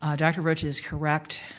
ah dr. rocha is correct.